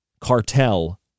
cartel